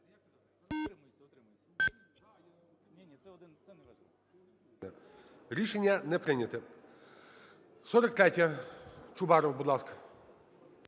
Рішення не прийнято. 43-я. Чубаров, будь ласка.